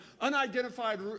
unidentified